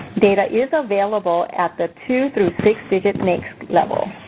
data is available at the two through six-digit naics level.